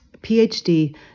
PhD